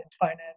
finance